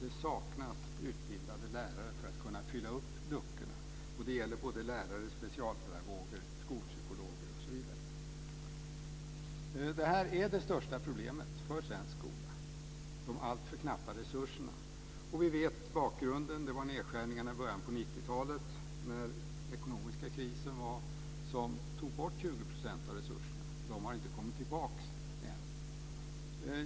Det saknas utbildade lärare för att kunna fylla luckorna. Det gäller lärare, specialpedagoger, skolpsykologer osv. Det här är det största problemet för svensk skola, de alltför knappa resurserna. Vi vet bakgrunden. Det var nedskärningarna i början av 90-talet under den ekonomiska krisen som tog bort 20 % av resurserna. De har inte kommit tillbaka än.